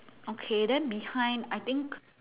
okay then behind I think